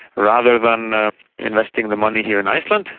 rather than investing the money here in iceland,